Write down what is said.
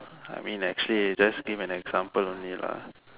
I mean actually just give an example only lah